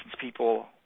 people